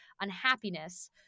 unhappiness